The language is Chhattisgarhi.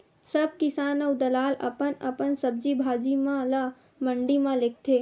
सब किसान अऊ दलाल अपन अपन सब्जी भाजी म ल मंडी म लेगथे